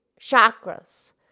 chakras